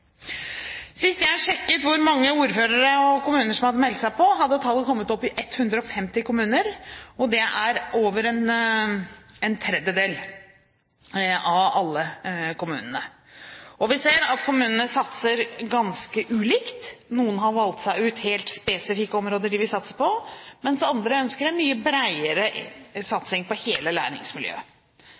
Sist jeg sjekket hvor mange ordførere og kommuner som hadde meldt seg på, hadde tallet kommet opp i 150 kommuner, og det er over en tredjedel av alle kommunene. Vi ser at kommunene satser ganske ulikt. Noen har valgt seg ut helt spesifikke områder de vil satse på, mens andre ønsker en mye bredere satsing på hele læringsmiljøet.